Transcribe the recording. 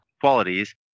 qualities